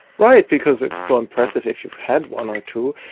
right, because it's so impressive if you've had one or two,